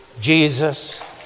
Jesus